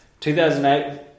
2008